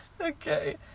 Okay